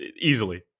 Easily